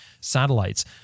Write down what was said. satellites